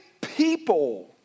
people